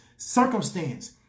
Circumstance